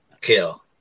Kill